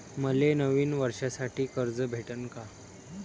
मले नवीन वर्षासाठी कर्ज भेटन का?